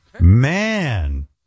man